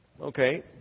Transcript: okay